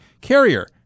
Carrier